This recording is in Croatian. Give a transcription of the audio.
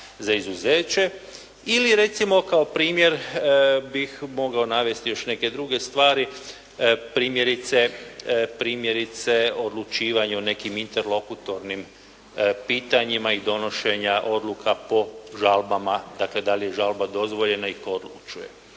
za izuzeće ili recimo kao primjer bih mogao navesti još neke druge stvari, primjerice odlučivanje o nekim interlokutornim pitanjima i donošenja odluka po žalbama, dakle da li je žalba dozvoljena i tko odlučuje.